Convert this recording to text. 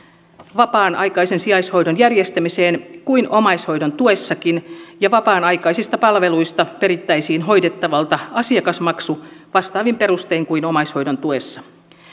vapaan aikaisen sijaishoidon järjestämiseen kuin omaishoidon tuessakin ja vapaan aikaisista palveluista perittäisiin hoidettavalta asiakasmaksu vastaavin perustein kuin omaishoidon tuessa